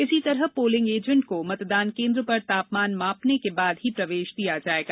इसी तरह polling agent को मतदान केन्द्र पर तापमान मापने के बाद ही प्रवेश दिया जाएगा